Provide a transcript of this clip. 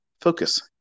focus